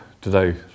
today